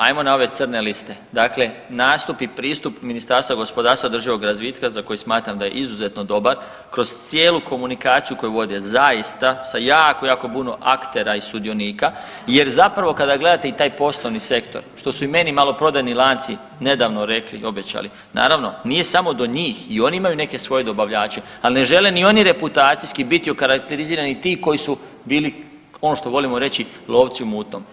Ajmo na ove crne liste, dakle nastup i pristup Ministarstva gospodarstva i održivog razvitka za koji smatram da je izuzetno dobar kroz cijelu komunikaciju koju vode zaista sa jako, jako puno aktera i sudionika jer zapravo kada gledate i taj poslovni sektor, što su i meni maloprodaji lanci nedavno rekli i obećali, naravno nije samo do njih i oni imaju neke svoje dobavljače, al ne žele ni oni reputacijski biti okarakterizirani ti koji su bili ono što volimo reći lovci u mutnom.